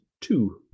two